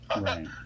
Right